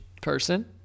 person